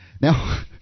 Now